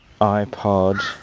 iPod